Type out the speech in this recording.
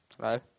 Hello